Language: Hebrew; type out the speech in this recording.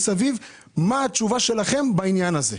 מה התשובה שלכם בעניין הזה?